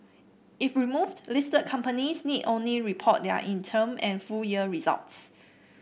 if removed listed companies need only report their interim and full year results